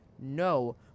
No